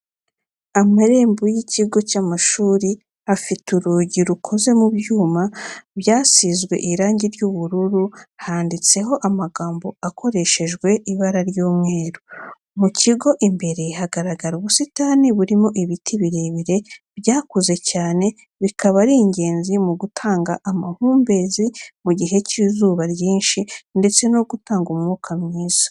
Amarembo y'ikigo cy'amashuri afite urugi rukoze mu byuma byasizwe irangi ry'ubururui handitseho amagambo akoreshejwe ibara ry'umweru, mu kigo imbere hagaragara ubusitani burimo n'ibiti birebire byakuze cyane bikaba ari ingenzi mu gutanga amahumbezi mu gihe cy'izuba ryinshi ndetse no gutanga umwuka mwiza.